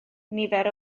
nifer